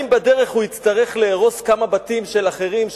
אם בדרך הוא יצטרך להרוס כמה בתים של אחרים,